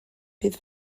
bydd